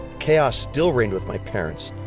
chaos still reigned with my parents.